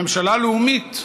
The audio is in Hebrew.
ממשלה לאומית,